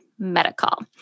Medical